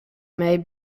may